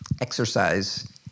exercise